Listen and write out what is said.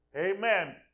Amen